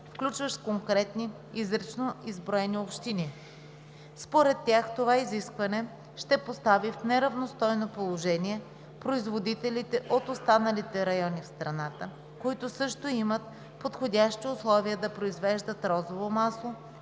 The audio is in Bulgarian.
включващ конкретни, изрично изброени общини. Според тях това изискване ще постави в неравностойно положение производителите от останалите райони в страната, които също имат подходящи условия да произвеждат розово масло